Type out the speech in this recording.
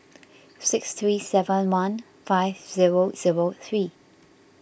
six three seven one five zero zero three